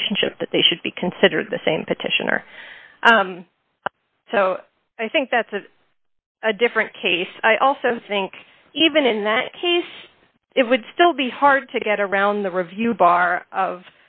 relationship that they should be considered the same petitioner so i think that's a different case i also think even in that case it would still be hard to get around the review bar of